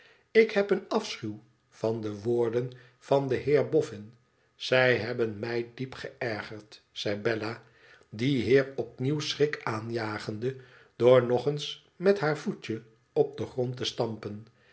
ilk heb een afschuw van de woorden van den heer bofiïn zij hebben mij diep geërgerd zei bella dien heer opnieuw schrik aanjagende door nog eens met haar voetje op den grond testampen